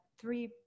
three